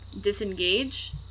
disengage